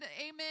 amen